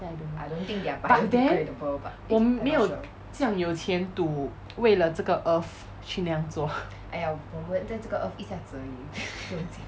then I don't know but then 我没有这样有钱 to 为了这个 earth 去那样做